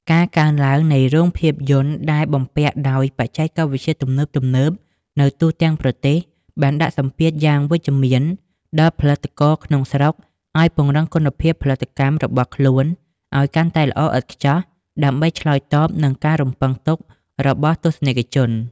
ការកើនឡើងនៃរោងភាពយន្តដែលបំពាក់ដោយបច្ចេកវិទ្យាទំនើបៗនៅទូទាំងប្រទេស បានដាក់សម្ពាធយ៉ាងវិជ្ជមានដល់ផលិតករក្នុងស្រុកឱ្យពង្រឹងគុណភាពផលិតកម្មរបស់ខ្លួនឱ្យកាន់តែល្អឥតខ្ចោះដើម្បីឆ្លើយតបនឹងការរំពឹងទុករបស់ទស្សនិកជន។